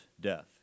death